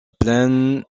plaine